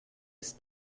ist